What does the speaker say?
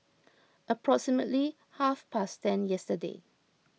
approximately half past ten yesterday